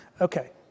okay